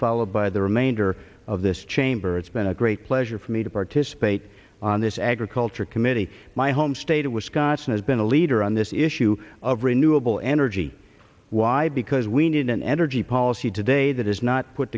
followed by the remainder of this chamber it's been a great pleasure for me to participate on this agriculture committee my home state of wisconsin has been a leader on this issue of renewable energy why because we need an energy policy today that is not put